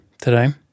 today